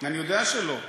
אני יודע שלא.